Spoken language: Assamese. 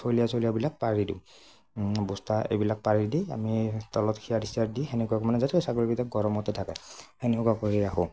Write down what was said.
চলীয়া চলিয়াবিলাক পাৰি দিওঁ বস্তা এইবিলাক পাৰি দি আমি তলত খেৰ চেৰ দি সেনেকুৱা মানে যে ছাগলীবিলাক গৰমতে থাকে সেনেকুৱা কৰি ৰাখোঁ